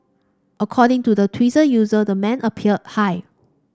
according to the Twitter user the man appeared high